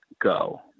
go